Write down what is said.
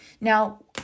Now